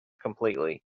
completely